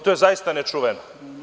To je zaista nečuveno.